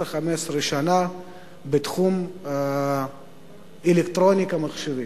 15 שנים בתחום האלקטרוניקה והמחשבים,